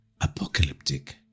Apocalyptic